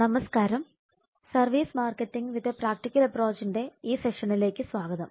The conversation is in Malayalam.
നമസ്കാരം service marketing with a practical അപ്രോച്ചിന്റെ ഈ സെഷനിലേക്ക് സ്വാഗതം